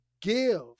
give